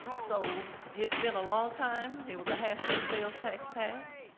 so it's been a long time, there was a half cent sales tax passed.